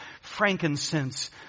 frankincense